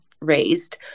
raised